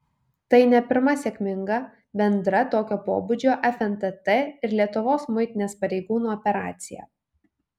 tai ne pirma sėkminga bendra tokio pobūdžio fntt ir lietuvos muitinės pareigūnų operacija